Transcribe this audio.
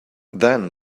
then